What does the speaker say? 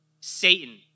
Satan